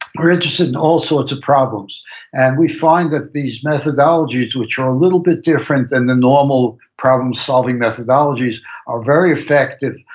we're interested in all sorts of problems and we find that these methodologies, which are a little bit different then the normal problem-solving methodologies are very effective,